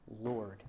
lord